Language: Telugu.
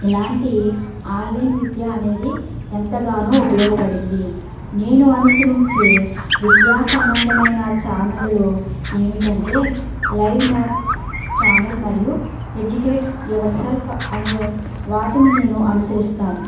ఇలాంటి ఆన్లైన్ విద్య అనేది ఎంతగానో ఉపయోగపడింది నేను అనుసరించే విద్యాసంబంధమైన ఛానల్లో ఏమిటంటే లైవ్ మ్యాక్స్ ఛానల్ మరియు ఎడ్యుకేట్ యువర్సెల్ఫ్ అనేవాటిని నేను అనుసరిస్తాను